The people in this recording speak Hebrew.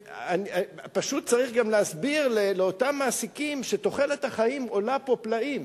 פשוט צריך גם להסביר לאותם מעסיקים שתוחלת החיים עולה פה פלאים.